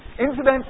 Incidentally